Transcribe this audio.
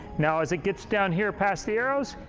now, as it gets down here past the arrows,